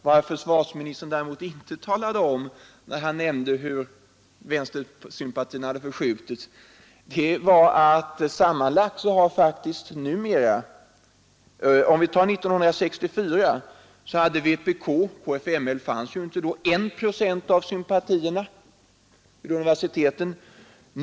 Vad försvarsministern inte talade om när han nämnde hur vänstersympatierna hade förskjutits var att vänsterpartiet kommunisterna år 1964 — KFML fanns ju inte då — hade 1 procent av sympatierna vid universiteten.